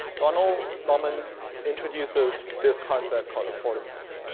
donald norman introduces this concept called affordances.